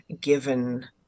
given